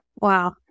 Wow